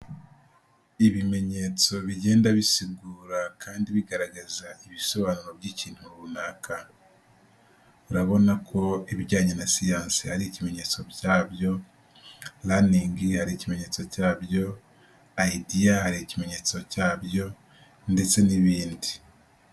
Ibimenyetso bigenda bisigura kandi bigaragaza ibisobanuro by'ikintu runaka. Urabona ko ibijyanye na siyansi ari ibimenyetso cyabyo, raningi hari ikimenyetso cyabyo, ayidiya hari ikimenyetso cyabyo ndetse n'ibindi.